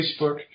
Facebook